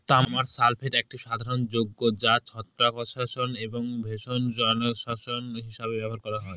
তামার সালফেট একটি সাধারণ যৌগ যা ছত্রাকনাশক এবং ভেষজনাশক হিসাবে ব্যবহার করা হয়